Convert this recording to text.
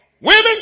Women